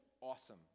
awesome